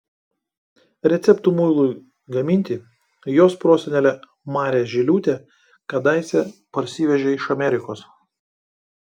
receptų muilui gaminti jos prosenelė marė žiliūtė kadaise parsivežė iš amerikos